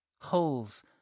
Holes